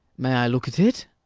may i look at it?